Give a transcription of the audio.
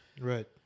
right